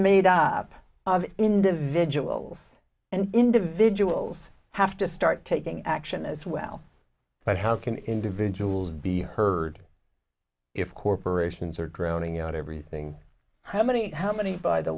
made up of individuals and individuals have to start taking action as well but how can individuals be heard if corporations are drowning out everything how many how many by the